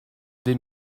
des